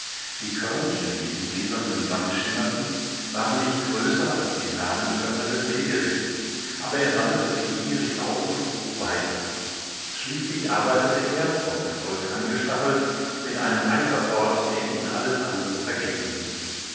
die körnchen die im rieselnden sand schimmerten waren nicht größer als die samenkörner des wegerichs aber er sammelte sie gierig auf und grub weiter schließlich arbeitete er vom erfolg angestachelt mit einem eifer fort der ihn alles andere vergessen ließ